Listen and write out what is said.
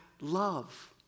love